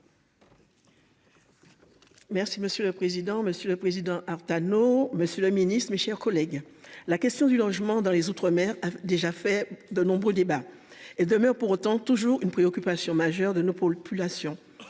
Merci monsieur le président. Monsieur le Président Artano Monsieur le Ministre, mes chers collègues, la question du logement dans les outre-mer a déjà fait de nombreux débats et demeure pour autant toujours une préoccupation majeure de nos populations,